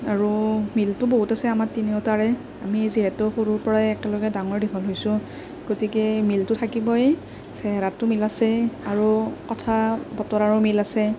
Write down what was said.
আৰু মিলটো বহুত আছে আমাৰ তিনিওটাৰে আমি যিহেতু সৰুৰ পৰাই একেলগে ডাঙৰ দীঘল হৈছোঁ গতিকে মিলটো থাকিবই চেহেৰাতো মিল আছে আৰু কথা বতৰাৰো মিল আছে